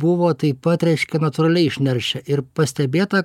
buvo taip pat reiškia natūraliai išneršę ir pastebėta